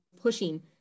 pushing